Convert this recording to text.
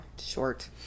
short